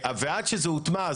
ועד שזה הוטמע,